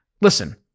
Listen